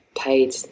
paid